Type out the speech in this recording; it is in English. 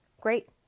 Great